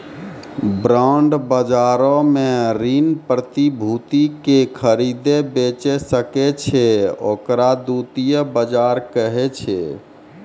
bond बजारो मे ऋण प्रतिभूति के खरीदै बेचै सकै छै, ओकरा द्वितीय बजार कहै छै